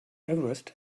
everest